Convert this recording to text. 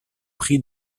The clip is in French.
pris